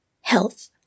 Health